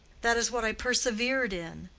that is what i persevered in.